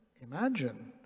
imagine